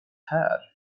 här